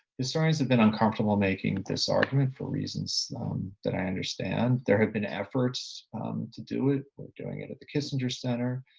historians have been uncomfortable making this argument for reasons that i understand. there have been efforts to do it. they are doing it at the kissinger center.